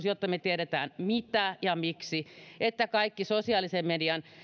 jotta me tiedämme mitä ja miksi jotta kaikki sosiaalisen median